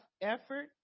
effort